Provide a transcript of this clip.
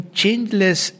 changeless